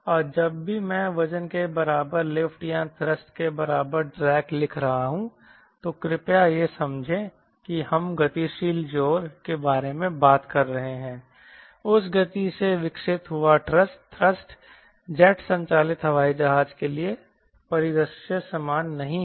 और जब भी मैं वजन के बराबर लिफ्ट या थ्रस्ट के बराबर ड्रैग लिख रहा हूं तो कृपया यह समझें कि हम गतिशील जोर के बारे में बात कर रहे हैं उस गति से विकसित हुआ थ्रस्ट जेट संचालित हवाई जहाज के लिए परिदृश्य समान नहीं है